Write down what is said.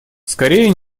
скорее